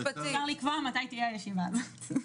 אפשר לקבוע מתי תהיה הישיבה הזאת.